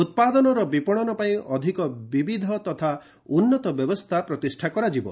ଉପାଦନର ବିପଶନ ପାଇଁ ଅଧିକ ବିବିଧ ତଥା ଉନ୍ନତ ବ୍ୟବସ୍ଥା ପ୍ରତିଷ୍ଠା କରାଯିବ